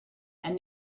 and